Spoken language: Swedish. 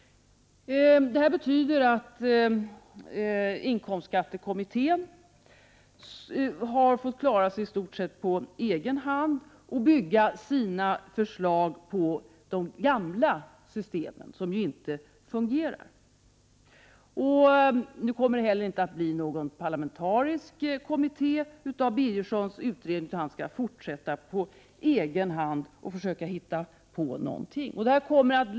Detta betyder att inkomstskattekommittén i stort sett har fått klara sig på egen hand. Kommittén har fått bygga sina förslag på gamla system som inte fungerar. Bengt Owe Birgerssons utredning kommer inte att utmynna i någon parlamentarisk kommitté, utan han skall försöka arbeta med det här på egen hand.